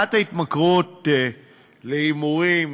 תופעת ההתמכרות להימורים,